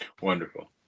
wonderful